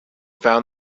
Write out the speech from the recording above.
found